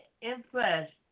impressed